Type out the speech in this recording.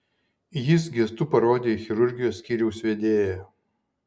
jis gestu parodė į chirurgijos skyriaus vedėją